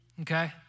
okay